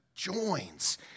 joins